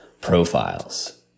profiles